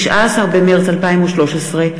19 במרס 2013,